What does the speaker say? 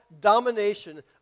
domination